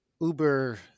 uber